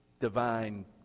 divine